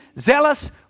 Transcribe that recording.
zealous